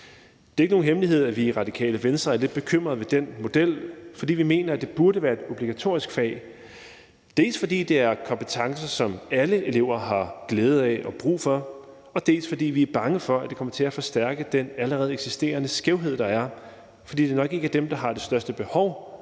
Det er ikke nogen hemmelighed, at vi i Radikale Venstre er lidt bekymrede ved den model, fordi vi mener, at det burde være et obligatorisk fag, dels fordi det er en kompetence, som alle elever har glæde af og brug for, dels fordi vi er bange for, at det kommer til at forstærke den allerede eksisterende skævhed, der er, fordi det nok ikke er dem, der har det største behov,